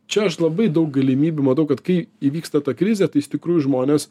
čia aš labai daug galimybių matau kad kai įvyksta ta krizė tai iš tikrųjų žmonės